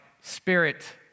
spirit